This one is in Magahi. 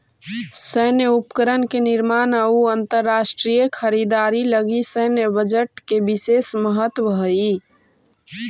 सैन्य उपकरण के निर्माण अउ अंतरराष्ट्रीय खरीदारी लगी सैन्य बजट के विशेष महत्व हई